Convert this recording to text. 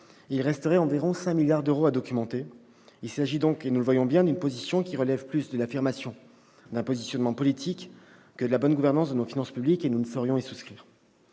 il resterait encore environ 5 milliards d'euros à documenter. Il s'agit donc, nous le voyons bien, d'une position qui relève plus de l'affirmation d'un positionnement politique que de la bonne gouvernance de nos finances publiques. Nous ne saurions y souscrire.